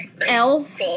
Elf